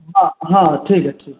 हँ हँ हँ ठीक हइ ठीक हइ